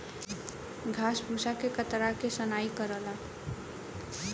घास भूसा के कतरा के सनाई करला